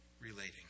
relating